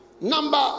Number